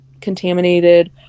contaminated